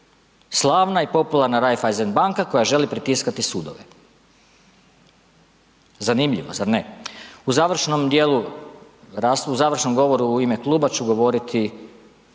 Slavna i popularna Raiffeisen banka koja želi pritiskati sudove. Zanimljivo, zar ne? U završnom govoru u ime kluba ću govoriti